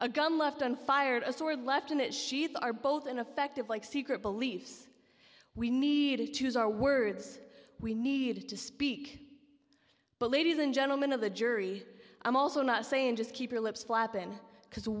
a gun left on fire a sword left in that sheet are both in effect of like secret beliefs we need to choose our words we need to speak but ladies and gentlemen of the jury i'm also not saying just keep your lips flapping because the